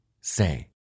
Say